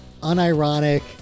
unironic